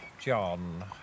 John